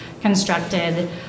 constructed